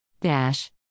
Dash